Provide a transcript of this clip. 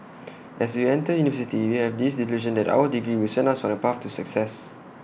as we enter university we have this delusion that our degree will send us on A path to success